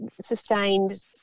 sustained